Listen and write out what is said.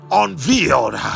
unveiled